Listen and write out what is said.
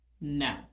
no